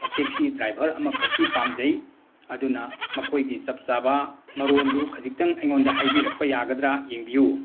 taxi driver ꯑꯃꯈꯛꯀꯤ ꯄꯥꯝꯖꯩ ꯑꯗꯨꯅ ꯃꯈꯣꯏꯒꯤ ꯆꯞ ꯆꯥꯕ ꯃꯔꯣꯟꯗꯨ ꯈꯖꯤꯛꯇꯪ ꯑꯩꯉꯣꯟꯗ ꯍꯥꯏꯕꯤꯔꯛꯄ ꯌꯥꯒꯗꯔꯥ ꯌꯦꯡꯕꯤꯌꯨ